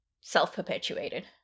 self-perpetuated